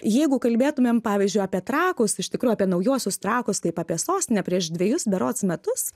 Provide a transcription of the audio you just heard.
jeigu kalbėtumėm pavyzdžiui apie trakus iš tikrųjų apie naujuosius trakus kaip apie sostinę prieš dvejus berods metus